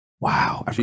Wow